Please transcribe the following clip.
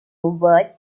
word